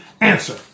answer